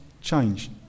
change